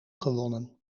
gewonnen